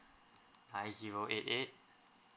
nine zero eight eight